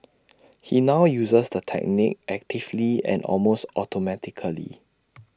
he now uses the technique actively and almost automatically